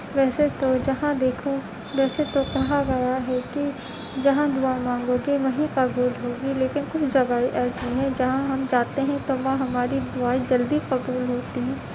ویسے تو جہاں دیکھو ویسے تو کہا گیا ہے کہ جہاں دعا مانگو گے وہیں قبول ہوگی لیکن کچھ جگہیں ایسی ہیں جہاں ہم جاتے ہیں تو وہاں ہماری دعائیں جلدی قبول ہوتی ہیں